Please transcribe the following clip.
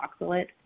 oxalate